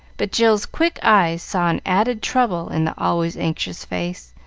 but jill's quick eyes saw an added trouble in the always anxious face,